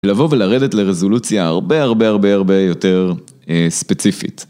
לבוא ולרדת לרזולוציה הרבה הרבה הרבה הרבה יותר ספציפית.